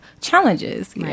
challenges